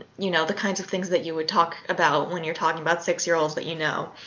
you know, the kinds of things that you would talk about when you're talking about six-years-old that you know.